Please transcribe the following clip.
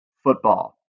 football